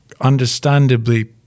understandably